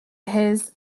his